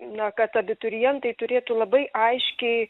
na kad abiturientai turėtų labai aiškiai